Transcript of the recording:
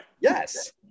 Yes